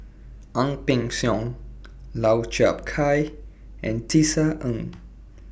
Ang Peng Siong Lau Chiap Khai and Tisa Ng